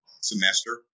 semester